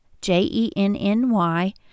j-e-n-n-y